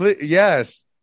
Yes